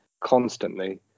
constantly